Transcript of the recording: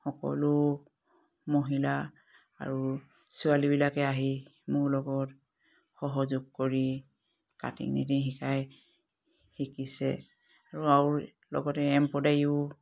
সকলো মহিলা আৰু ছোৱালীবিলাকে আহি মোৰ লগত সহযোগ কৰি কাটিং নিটিং শিকাই শিকিছে আৰু আৰু লগতে এমব্ৰইডেৰীও